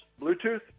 bluetooth